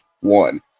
one